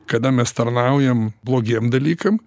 kada mes tarnaujam blogiem dalykam